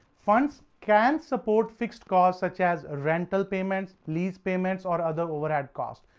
funds can support fixed costs such as rental payment, lease payment or other overhead costs.